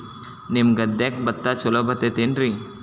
ನಿಮ್ಮ ಗದ್ಯಾಗ ಭತ್ತ ಛಲೋ ಬರ್ತೇತೇನ್ರಿ?